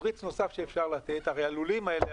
תמריץ נוסף שאפשר לתת: הרי הלולים האלה,